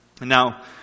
Now